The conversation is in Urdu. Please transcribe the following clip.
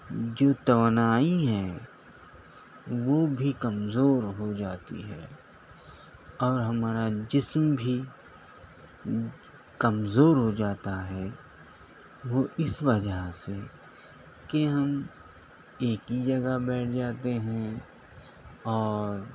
جو توانائی ہے وہ بھی کمزور ہو جاتی ہے اور ہمارا جسم بھی کمزور ہو جاتا ہے وہ اس وجہ سے کہ ہم ایک ہی جگہ بیٹھ جاتے ہیں اور